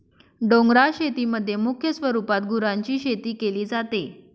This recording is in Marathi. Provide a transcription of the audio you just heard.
डोंगराळ शेतीमध्ये मुख्य स्वरूपात गुरांची शेती केली जाते